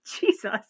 Jesus